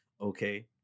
okay